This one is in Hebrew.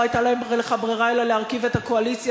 שלא היתה לך ברירה אלא להרכיב את הקואליציה